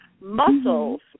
Muscles